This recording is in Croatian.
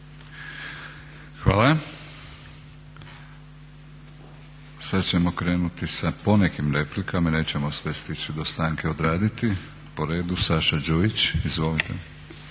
Hvala. Sad ćemo krenuti sa ponekim replikama, nećemo sve stići do stanke odraditi. Po redu, Saša Đujić. Izvolite.